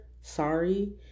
sorry